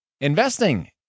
Investing